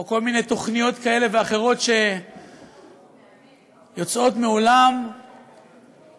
או כל מיני תוכניות כאלה ואחרות שיוצאות מעולם האקלים,